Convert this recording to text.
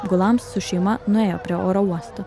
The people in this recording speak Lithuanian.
gulam su su šeima nuėjo prie oro uosto